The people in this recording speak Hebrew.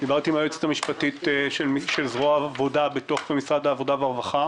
דיברתי עם היועצת המשפטית של זרוע העבודה בתוך משרד העבודה והרווחה.